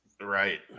Right